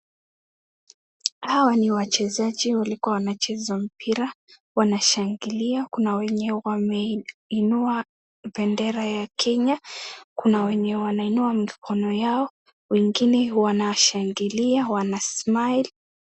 Hawa ni wachezaji walikuwa wanacheza mpira wanashangilia kuna wenye wameinua bendera ya kenya kuna wenye wanainua mikono yao wengine wanashangilia wana smile .